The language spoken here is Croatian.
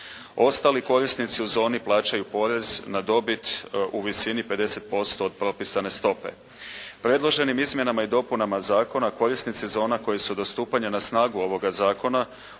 Ostali korisnici u zoni plaćaju porez na dobit u visini 50% od propisane stope. Predloženim izmjenama i dopunama zakona korisnici zona koji su do stupanja na snagu ovoga zakona